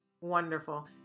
wonderful